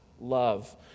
Love